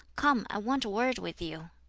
come, i want a word with you.